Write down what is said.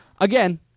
Again